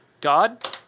God